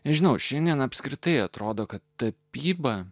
žinau šiandien apskritai atrodo kad tapyba